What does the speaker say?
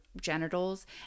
genitals